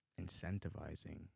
incentivizing